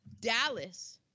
Dallas